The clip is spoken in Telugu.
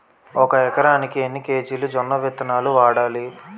ఒక ఎకరానికి ఎన్ని కేజీలు జొన్నవిత్తనాలు వాడాలి?